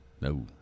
No